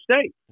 State